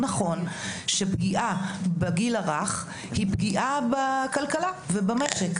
נכון שפגיעה בגיל הרך היא פגיעה בכלכלה ובמשק,